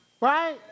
Right